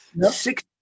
Six